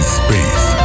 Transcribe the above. space